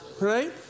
right